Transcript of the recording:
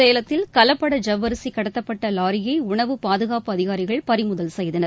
சேலத்தில் கலப்பட ஜவ்வரிசி கடத்தப்பட்ட லாரியை உணவு பாதுகாப்பு அதிகாரிகள் பறிமுதல் செய்தனர்